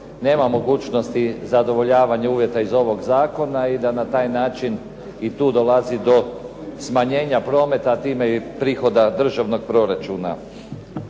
nema mogućnosti zadovoljavanja uvjeta iz ovog zakona i da na taj način i tu dolazi do smanjenja prometa, time i prihoda državnog proračuna.